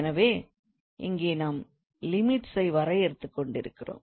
எனவே இங்கே நாம் Limits ஐ வரையறுத்துகொண்டிருக்கிறோம்